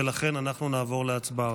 לכן נעבור להצבעה.